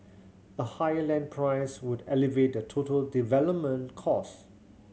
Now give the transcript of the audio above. a higher land price would elevate the total development cost